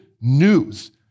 news